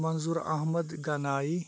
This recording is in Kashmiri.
مَنٛظور احمد گَنایی